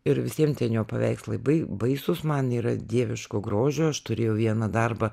ir visiem jo paveikslai bai baisūs man yra dieviško grožio aš turėjau vieną darbą